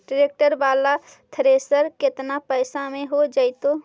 Tractor बाला thresher केतना पैसा में हो जैतै?